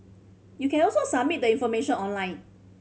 you can also submit the information online